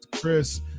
Chris